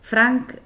Frank